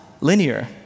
linear